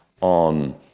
on